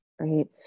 right